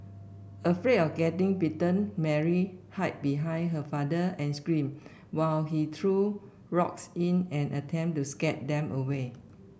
afraid of getting bitten Mary hid behind her father and screamed while he threw rocks in an attempt to scare them away